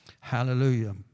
Hallelujah